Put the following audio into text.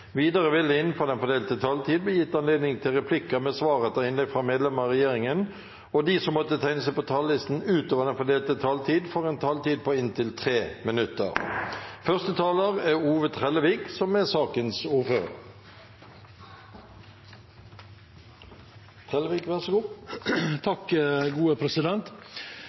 Videre vil det – innenfor den fordelte taletiden – bli gitt anledning til replikker med svar etter innlegg fra medlem av regjeringen, og de som måtte tegne seg på talerlisten utover den fordelte taletid, får også en taletid på inntil 3 minutter. Første taler Siv Mossleth, som er sakens ordfører.